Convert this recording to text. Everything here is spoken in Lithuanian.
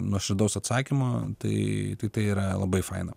nuoširdaus atsakymo tai tai yra labai faina